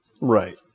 Right